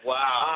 Wow